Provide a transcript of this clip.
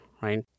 Right